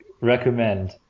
recommend